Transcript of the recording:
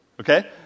Okay